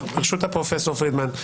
פרידמן,